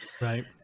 Right